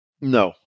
No